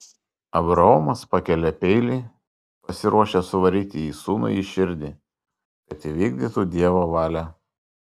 abraomas pakelia peilį pasiruošęs suvaryti jį sūnui į širdį kad įvykdytų dievo valią